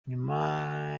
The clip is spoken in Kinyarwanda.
nyuma